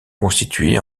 constitués